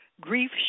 Grief